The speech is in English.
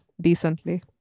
decently